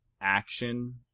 action